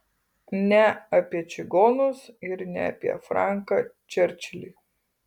ne apie čigonus ir ne apie franką čerčilį